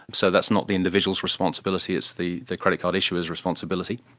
so that's not the individual's responsibility, it's the the credit card issuer's responsibility.